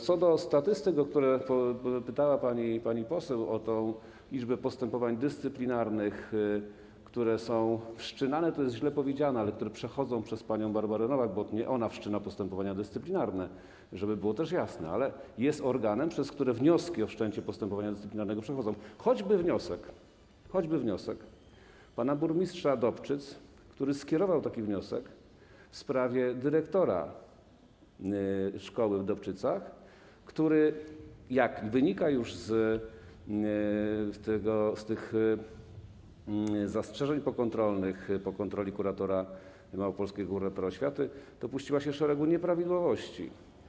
Co do statystyk, o które pytała pani poseł, o tę liczbę postępowań dyscyplinarnych, które są wszczynane... to jest źle powiedziane, które przechodzą przez panią Barbarę Nowak, bo nie ona wszczyna postępowania dyscyplinarne, żeby było też jasne, ale jest organem, przez który wnioski o wszczęcie postępowania dyscyplinarnego przechodzą, choćby wniosek pana burmistrza Dobczyc, który skierował taki wniosek w sprawie dyrektor szkoły w Dobczycach, która, jak wynika już z tych zastrzeżeń pokontrolnych po kontroli małopolskiego kuratora oświaty, dopuściła się szeregu nieprawidłowości.